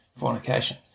fornication